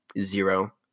zero